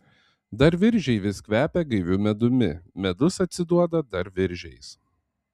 dar viržiai vis kvepia gaiviu medumi medus atsiduoda dar viržiais